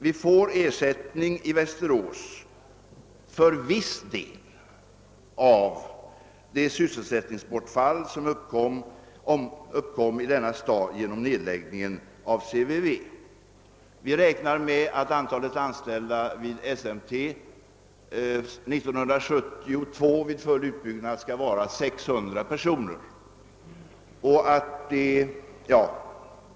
Vi får i Västerås ersättning för en del av det sysselsättningsbortfall som uppkom i denna stad genom nedläggningen av CVV. Vi räknar med att antalet anställda vid SMT år 1972 vid full utbyggnad skall vara 600 personer.